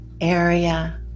area